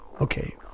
Okay